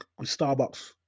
Starbucks